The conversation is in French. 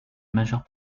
majeure